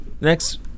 next